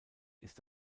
ist